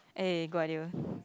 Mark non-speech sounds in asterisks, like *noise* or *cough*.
eh good idea *breath*